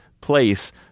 place